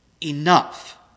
enough